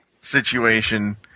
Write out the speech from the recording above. situation